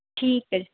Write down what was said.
ਠੀਕ ਹੈ